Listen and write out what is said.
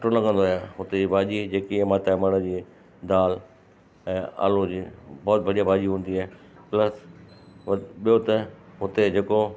सुठो लॻंदो आहे हुते जी भाॼी जेकी माता जे मण जी दाल ऐं आलूअ जी बहुत बढ़िया भाॼी हूंदी आहे प्लस व ॿियो त हुते जेको